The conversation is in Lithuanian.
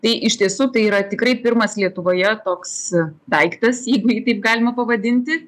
tai iš tiesų tai yra tikrai pirmas lietuvoje toks daiktas jeigu jį taip galima pavadinti